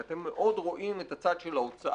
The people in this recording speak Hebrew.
כי אתם מאוד רואים את הצד של ההוצאה,